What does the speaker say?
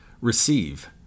receive